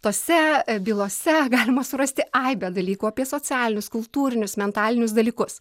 tose bylose galima surasti aibę dalykų apie socialinius kultūrinius mentalinius dalykus